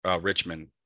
Richmond